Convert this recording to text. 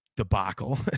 debacle